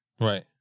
Right